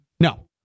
No